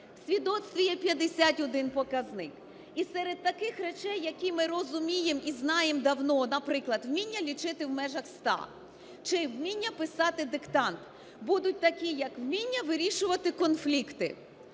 В свідоцтві є 51 показник, і серед таких речей, які ми розуміємо і знаємо давно, наприклад, вміння лічити в межах ста чи вміння писати диктант, будуть такі, як вміння вирішувати конфлікти,